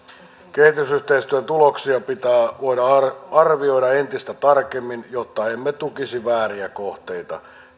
kehitysyhteistyön tuloksia pitää voida arvioida entistä tarkemmin jotta emme tukisi vääriä kohteita